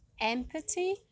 empathy